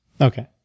Okay